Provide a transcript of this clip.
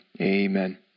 Amen